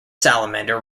salamander